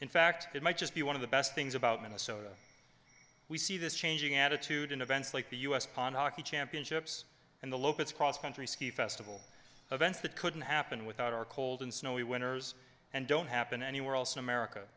in fact it might just be one of the best things about minnesota we see this changing attitude in events like the us pond hockey championships and the locus cross country ski festival events that couldn't happen without our cold and snowy winters and don't happen anywhere else in america